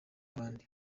n’abandi